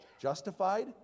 justified